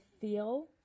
feel